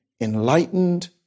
enlightened